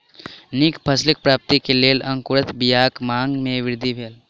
नीक फसिलक प्राप्ति के लेल अंकुरित बीयाक मांग में वृद्धि भेल